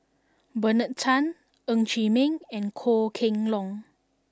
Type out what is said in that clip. Bernard Tan Ng Chee Meng and Goh Kheng Long